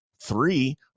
Three